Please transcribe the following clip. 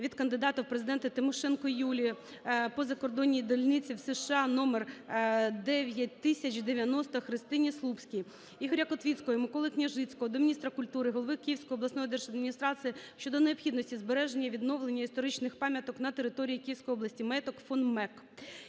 від кандидата в президенти Тимошенко Юлії по закордонній дільниці в США (№900090)ХристиніСлупській. Ігоря Котвіцького і Миколи Княжицького до міністра культури, голови Київської обласної держадміністрації щодо необхідності збереження і відновлення історичних пам'яток на території Київської області (Маєток фон Мекк).